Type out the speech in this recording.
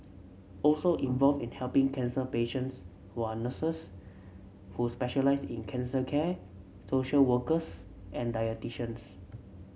also involved in helping cancer patients were a nurses who specialise in cancer care social workers and dietitians